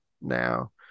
now